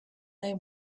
they